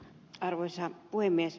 arvoisa puhemies